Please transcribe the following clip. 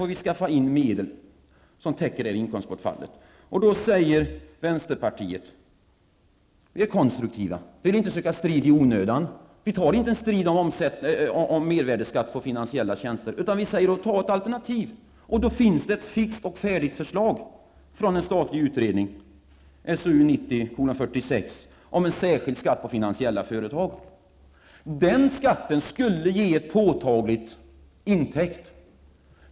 Vi i vänsterpartiet är konstruktiva, och vi vill inte söka strid i onödan. Vi tar inte strid om mervärdeskatt på finansiella tjänster, utan vi säger: Ta ett alternativ! Det finns ett fixt och färdigt förslag från en statlig utredning, nämligen SOU Den skatten skulle ge en påtaglig intäkt.